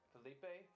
Felipe